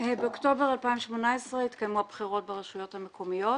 באוקטובר 2018 התקיימו הבחירות ברשויות המקומיות.